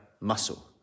muscle